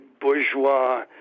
bourgeois